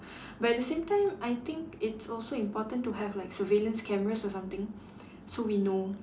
but at the same time I think it's also important to have like surveillance cameras or something so we know